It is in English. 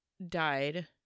died